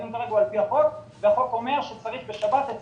הדיון כרגע הוא על החוק שאומר שבשבת צריך לצמצם.